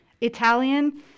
Italian